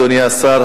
אדוני השר,